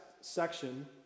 section